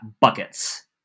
buckets